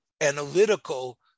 analytical